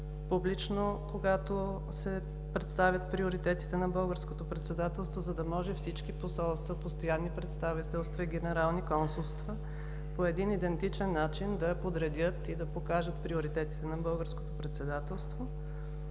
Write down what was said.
публично, когато се представят приоритетите на българското председателство, за да може всички посолства, постоянни представителства и генерални консулства по един идентичен начин да подредят и да покажат приоритетите на българското председателство.